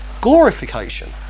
glorification